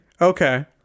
Okay